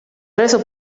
reso